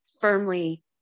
firmly